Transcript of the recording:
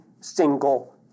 single